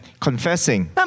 confessing